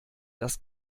das